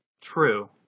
True